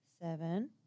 Seven